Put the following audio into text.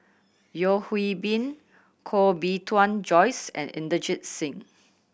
Yeo Hwee Bin Koh Bee Tuan Joyce and Inderjit Singh